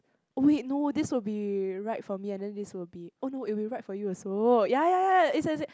oh wait no this will be right for me and then this will be oh no it will be right for you also ya ya ya as in as in